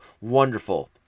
Wonderful